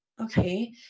okay